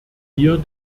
hier